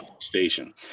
station